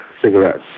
cigarettes